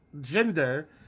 gender